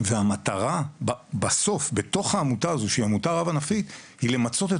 והמטרה בסוף בתוך העמותה שהיא עמותה רב ענפית היא למצות את